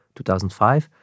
2005